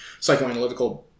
psychoanalytical